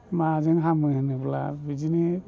माजों हामो होनोब्ला बिदिनो